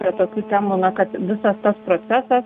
prie tokių temų na kad visas tas procesas